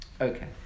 Okay